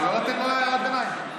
מה, לא לתת לו הערת ביניים?